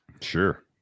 Sure